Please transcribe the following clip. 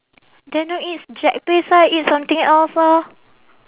then don't eat jack's place lah eat something else lor